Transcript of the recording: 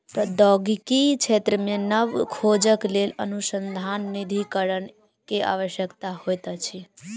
प्रौद्योगिकी क्षेत्र मे नब खोजक लेल अनुसन्धान निधिकरण के आवश्यकता होइत अछि